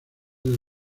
del